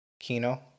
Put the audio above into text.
Kino